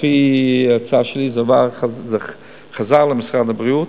לפי ההצעה שלי זה חזר למשרד הבריאות.